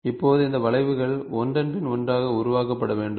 இப்போது இந்த வளைவுகள் ஒன்றன் பின் ஒன்றாக உருவாக்கப்பட வேண்டும்